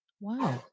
Wow